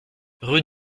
rue